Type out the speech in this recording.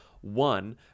one